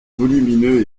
volumineux